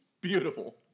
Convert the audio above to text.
Beautiful